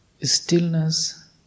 stillness